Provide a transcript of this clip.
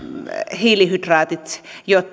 hiilihydraatit